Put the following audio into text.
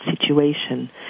situation